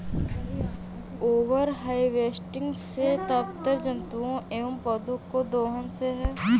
over harvesting से तात्पर्य जंतुओं एंव पौधौं के दोहन से है